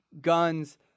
guns